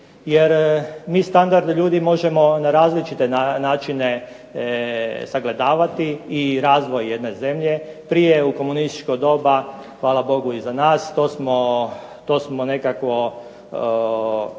Jer mi standard ljudi možemo na različite načine sagledavati i razvoj jedne zemlje. Prije u komunističko doba, hvala Bogu je iza nas, to smo nekako